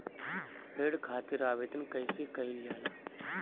ऋण खातिर आवेदन कैसे कयील जाला?